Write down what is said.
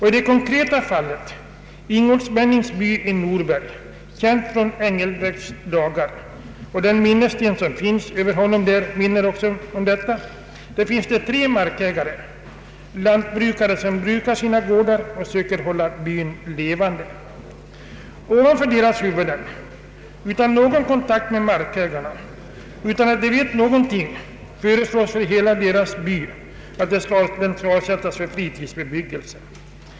I det konkreta fallet, Ingolsbennings by i Norberg — känd från Engelbrekts dagar; det står för övrigt en minnessten över honom där — finns tre markägare, lantbrukare som brukar sina gårdar och söker hålla byn levande. Ovanför deras huvuden, utan någon kontakt med markägarna, föreslås att hela deras by skall avsättas för fritidsbebyggelse.